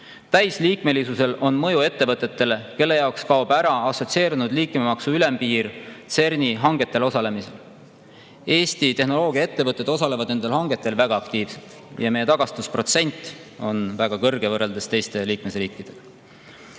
Täisliikmelisusel on mõju ettevõtetele, kelle jaoks kaob ära assotsieerunud liikmemaksu ülempiir CERN-i hangetel osalemisel. Eesti tehnoloogiaettevõtted osalevad nendel hangetel väga aktiivselt ja meie tagastusprotsent on võrreldes teiste liikmesriikidega